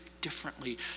differently